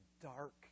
dark